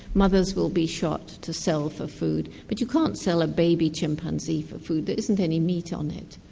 mothers will be shot to sell for food, but you can't sell a baby chimpanzee for food, there isn't any meat on it.